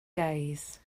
days